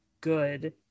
good